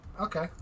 Okay